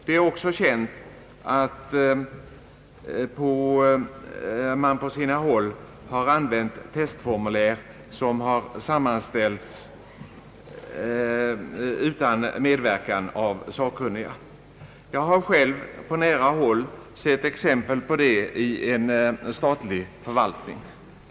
Det är också känt att man på sina håll använt testformulär, som sammanställts utan medverkan av sakkunniga. Jag har själv på nära håll sett exempel på detta i en statlig förvaltning.